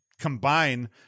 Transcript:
combine